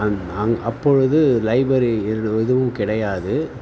அந் அங் அப்பொழுது லைப்ரரியில் எதுவும் கிடையாது